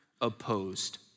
opposed